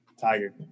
Tiger